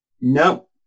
no